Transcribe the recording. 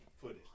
footage